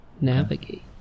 Navigate